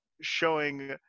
showing